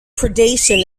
predation